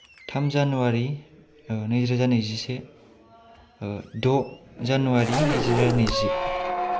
थाम जानुवारि नैरोजा नैजिसे द जानुवारि नैरोजा नैजि